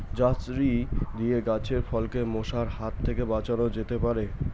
ঝাঁঝরি দিয়ে গাছের ফলকে মশার হাত থেকে বাঁচানো যেতে পারে?